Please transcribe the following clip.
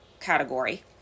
category